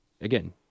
again